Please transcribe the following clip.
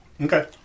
Okay